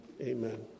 Amen